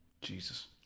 Jesus